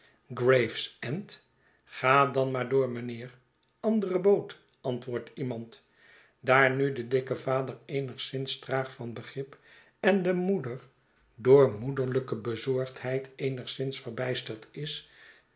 gravesend ga dan maar door mynheer andere boot antwoordt iemand daar nu de dikke vader eenigszins traag van begrip en de moeder door moederlijke bezorgdheid eenigszins verbijsterd is